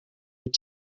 wyt